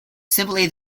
simply